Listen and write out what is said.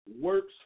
works